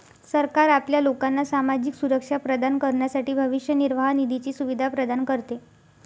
सरकार आपल्या लोकांना सामाजिक सुरक्षा प्रदान करण्यासाठी भविष्य निर्वाह निधीची सुविधा प्रदान करते